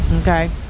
Okay